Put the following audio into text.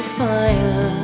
fire